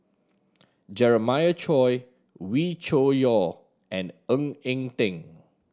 Jeremiah Choy Wee Cho Yaw and Ng Eng Teng